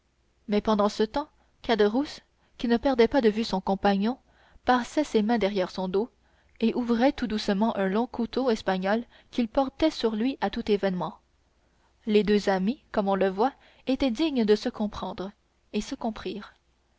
mais pendant ce temps caderousse qui ne perdait pas de vue son compagnon passait ses mains derrière son dos et ouvrait tout doucement un long couteau espagnol qu'il portait sur lui à tout événement les deux amis comme on le voit étaient dignes de se comprendre et se comprirent